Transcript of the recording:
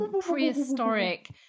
prehistoric